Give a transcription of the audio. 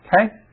Okay